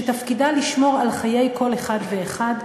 שתפקידה לשמור על חיי כל אחד ואחד,